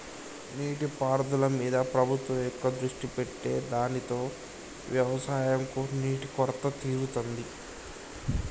నీటి పారుదల మీద ప్రభుత్వం ఎక్కువ దృష్టి పెట్టె దానితో వ్యవసం కు నీటి కొరత తీరుతాంది